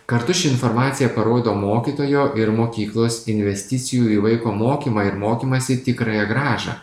kartu ši informacija parodo mokytojo ir mokyklos investicijų į vaiko mokymą ir mokymąsi tikrąją grąžą